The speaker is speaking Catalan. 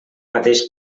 mateix